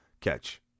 catch